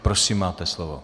Prosím máte slovo.